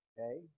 Okay